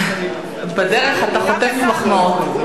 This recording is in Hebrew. בדרך אתה חוטף מחמאות.